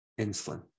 insulin